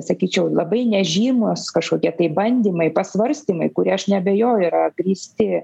sakyčiau labai nežymūs kažkokie tai bandymai pasvarstymai kurie aš neabejoju yra grįsti